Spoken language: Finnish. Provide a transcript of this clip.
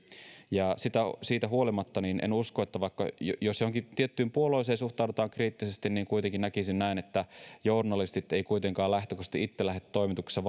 ja siitä huolimatta että johonkin tiettyyn puolueeseen suhtaudutaan kriittisesti kuitenkin näkisin näin että journalistit eivät kuitenkaan lähtökohtaisesti itse lähde toimituksessa